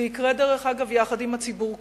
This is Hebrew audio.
זה יקרה, דרך אגב, יחד עם הציבור כולו.